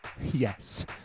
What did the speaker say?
Yes